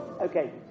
Okay